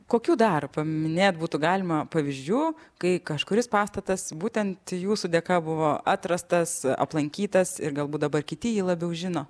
kokių dar paminėt būtų galima pavyzdžių kai kažkuris pastatas būtent jūsų dėka buvo atrastas aplankytas ir galbūt dabar kiti jį labiau žino